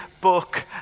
book